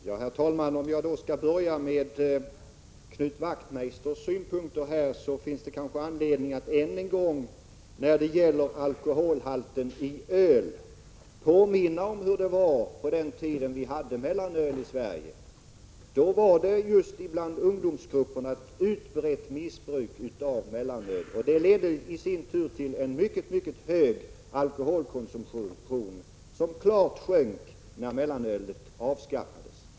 Herr talman! För att börja med Knut Wachtmeisters synpunkter vill jag säga att det när det gäller alkoholhalten i öl kanske finns anledning att än en gång påminna om hur det var under den tid vi hade mellanöl i Sverige. Då var det ett utbrett missbruk av mellanöl just bland ungdomsgrupperna. Det ledde i sin tur till en mycket hög alkoholkonsumtion, som klart sjönk när mellanölet avskaffades.